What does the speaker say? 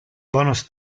bonus